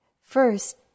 first